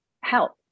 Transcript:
help